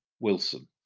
wilson